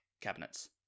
cabinets